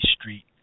Street